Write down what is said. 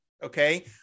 Okay